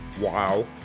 wow